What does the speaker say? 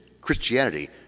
Christianity